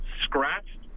scratched